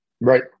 Right